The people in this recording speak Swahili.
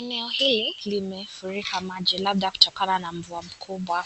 Eneo hili limefurika maji labda kutokana na mvua kubwa.